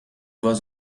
was